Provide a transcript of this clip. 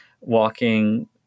walking